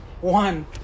one